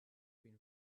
been